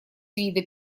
вида